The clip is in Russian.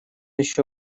еще